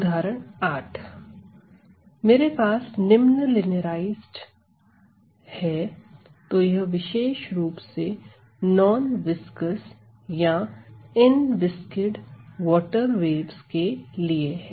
उदाहरण 8 मेरे पास निम्न लिनियराइज्ड है तो यह विशेष रुप से नॉन विस्कॉस या इनविसिड वॉटर वेव्स के लिए है